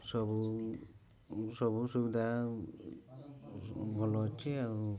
ସବୁ ସବୁ ସୁବିଧା ଭଲ ଅଛି ଆଉ